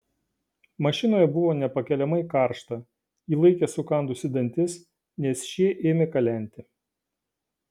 mašinoje buvo nepakeliamai karšta ji laikė sukandusi dantis nes šie ėmė kalenti